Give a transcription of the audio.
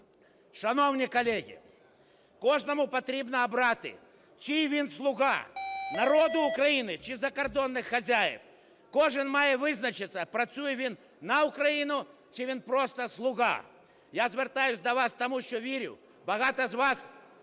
Шановні колеги, кожному потрібно обрати, чий він слуга: народу України чи закордонних хазяїв. Кожен має визначитися, працює він на Україну чи він просто слуга. Я звертаюсь до вас, тому що вірю: багато з вас